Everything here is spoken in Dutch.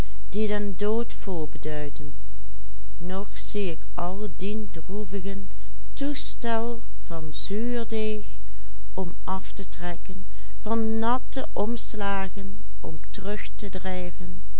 zuurdeeg om af te trekken van natte omslagen om terug te drijven